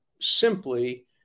simply